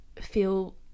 feel